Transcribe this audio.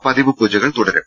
പതിവ് പൂജകൾ തുടരും